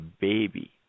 baby